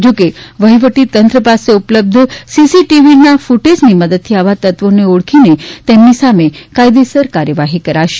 જોકે વહીવટીતંત્ર પાસે ઉપલબ્ધ સીસીટીવીના ફૂટેજની મદદથી આવા તત્વોને ઓળખીને તેમની સામે કાયદેસર કાર્યવાહી કરાશે